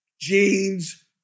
jeans